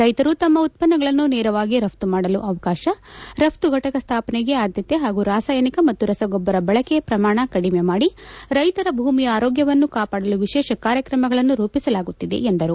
ರೈತರು ತಮ್ಮ ಉತ್ಪನ್ನಗಳನ್ನು ನೇರವಾಗಿ ರಘ್ತು ಮಾಡಲು ಅವಕಾಶ ರಘ್ತು ಘಟಕ ಸ್ಥಾಪನೆಗೆ ಆದ್ದತೆ ಹಾಗೂ ರಾಸಾಯಿನಿಕ ಮತ್ತು ರಸಗೊಬ್ಲರ ಬಳಕೆ ಪ್ರಮಾಣ ಕಡಿಮೆ ಮಾಡಿ ರೈತರ ಭೂಮಿಯ ಆರೋಗ್ಲವನ್ನು ಕಾಪಾಡಲು ವಿಶೇಷ ಕಾರ್ಯಕ್ರಮಗಳನ್ನು ರೂಪಿಸಲಾಗುತ್ತಿದೆ ಎಂದರು